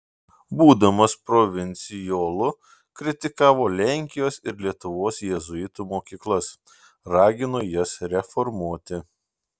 būdamas provincijolu kritikavo lenkijos ir lietuvos jėzuitų mokyklas ragino jas reformuoti